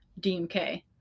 DMK